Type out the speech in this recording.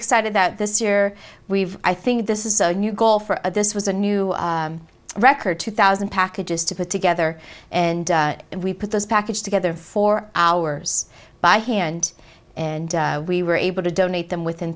excited that this year we've i think this is a new goal for this was a new record two thousand packages to put together and we put this package together for hours by hand and we were able to donate them within